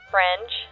French